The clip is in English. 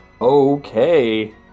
Okay